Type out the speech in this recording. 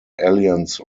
alliance